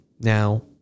now